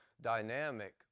dynamic